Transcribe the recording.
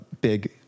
big